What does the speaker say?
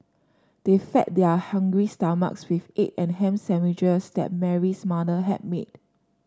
they fed their hungry stomachs with egg and ham sandwiches that Mary's mother had made